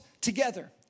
together